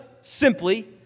simply